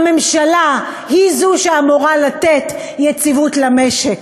הממשלה היא שאמורה לתת יציבות למשק.